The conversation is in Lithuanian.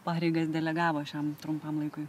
pareigas delegavo šiam trumpam laikui